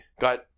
got